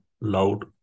loud